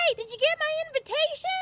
yeah did you get my invitation?